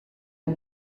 del